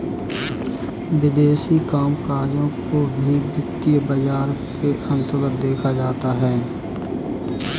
विदेशी कामकजों को भी वित्तीय बाजार के अन्तर्गत देखा जाता है